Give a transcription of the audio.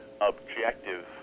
objective